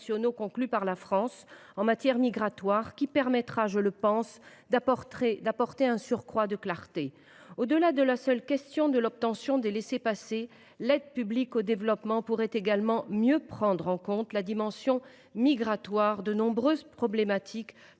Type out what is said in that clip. conclus par la France en matière migratoire. Cela permettra, je le pense, d’apporter un surcroît de clarté. Au delà de la seule question de l’obtention des laissez passer, l’aide publique au développement pourrait également mieux prendre en compte la dimension migratoire de nombreuses problématiques